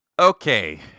Okay